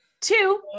two